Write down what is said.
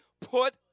put